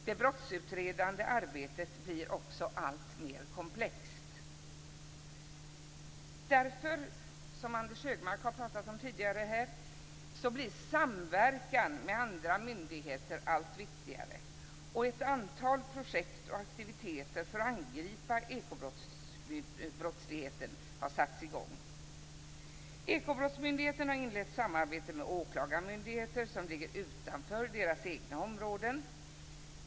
Det brottsutredande arbetet blir också alltmer komplext. Därför blir - som Anders Högmark pratat om tidigare - samverkan med andra myndigheter allt viktigare. Ett antal projekt och aktiviteter för att angripa ekobrottsligheten har satts i gång. Ekobrottsmyndigheten har inlett samarbete med åklagarmyndigheter i ärenden som ligger utanför deras egna områden.